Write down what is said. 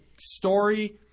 story